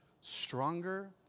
stronger